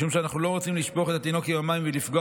משום שאנחנו לא רוצים לשפוך את התינוק עם המים ולפגוע